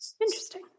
Interesting